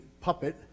puppet